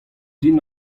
din